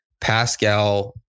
Pascal